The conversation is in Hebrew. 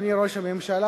אדוני ראש הממשלה,